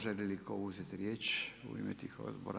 Želi li tko uzeti riječ u ime tih odbora?